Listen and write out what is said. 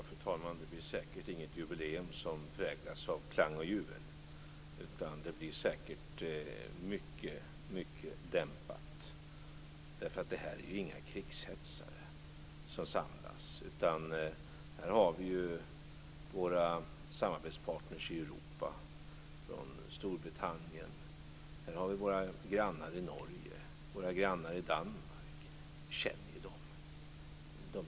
Fru talman! Det blir säkert inget jubileum som präglas av klang och jubel, utan det blir säkert mycket dämpat. Det är ju inga krigshetsare som samlas. Här har vi våra samarbetspartners i Europa, från Storbritannien. Här har vi våra grannar i Norge, våra grannar i Danmark. Vi känner ju dem.